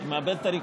אני מאבד את הריכוז.